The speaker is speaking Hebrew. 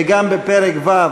וגם פרק ו',